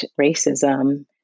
racism